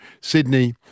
Sydney